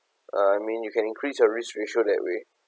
uh I mean you can increase your risk ratio that way